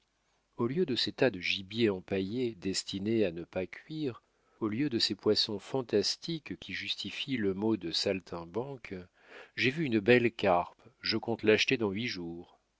au lieu de ces tas de gibier empaillé destinés à ne pas cuire au lieu de ces poissons fantastiques qui justifient le mot du saltimbanque j'ai vu une belle carpe je compte l'acheter dans huit jours